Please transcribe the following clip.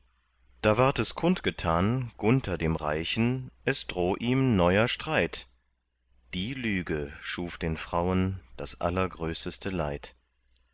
da ward es kund getan gunther dem reichen es droh ihm neuer streit die lüge schuf den frauen das allergrößeste leid